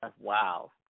wow